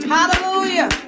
Hallelujah